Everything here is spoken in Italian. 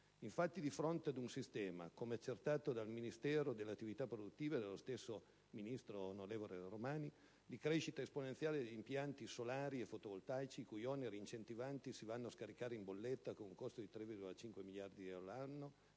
Infatti, di fronte ad un sistema - come accertato dal Ministero delle attività produttive - di crescita esponenziale di impianti solari e fotovoltaici, i cui oneri incentivanti si vanno a scaricare sulla bolletta con un costo di 3,5 miliardi di euro l'anno